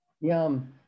yum